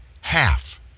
half